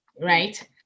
right